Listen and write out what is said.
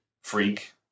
freak